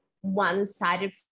one-sided